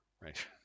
right